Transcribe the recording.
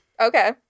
Okay